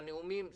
עם הנאומים.